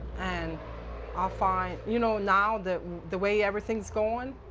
and i find. you know, now, the the way everything's going,